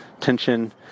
tension